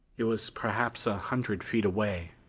it was perhaps a hundred feet away,